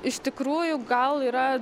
iš tikrųjų gal yra